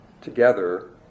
together